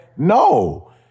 no